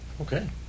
Okay